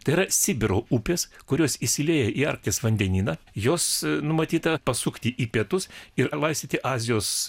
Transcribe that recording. tai yra sibiro upės kurios įsilieja į arkties vandenyną jos numatyta pasukti į pietus ir laistyti azijos